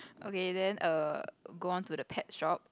okay then err go on to the pet shop